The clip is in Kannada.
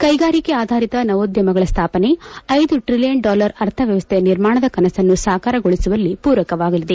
ಕೈಗಾರಿಕೆ ಆಧಾರಿತ ನವೋದ್ಯಮಗಳ ಸ್ಥಾಪನೆ ಐದು ಟ್ರಿಲಿಯನ್ ಡಾಲರ್ ಅರ್ಥವ್ಯವಸ್ಥೆಯ ನಿರ್ಮಾಣದ ಕನಸನ್ನು ಸಾಕಾರಗೊಳಿಸುವಲ್ಲಿ ಮೂರಕವಾಗಲಿದೆ